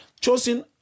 chosen